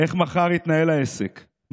איך יתנהל העסק מחר?